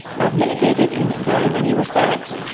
have mitigated, in very many respects,